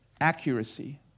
accuracy